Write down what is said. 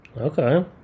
Okay